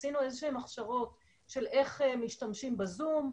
עשינו הכשרות של איך משתמשים בזום,